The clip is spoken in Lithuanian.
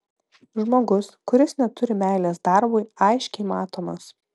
žmogus kuris neturi meilės darbui aiškiai matomas